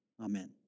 Amen